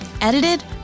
Edited